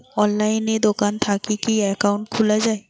অনলাইনে দোকান থাকি কি একাউন্ট খুলা যায়?